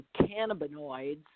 cannabinoids